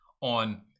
on